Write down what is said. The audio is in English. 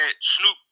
Snoop